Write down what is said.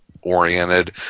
oriented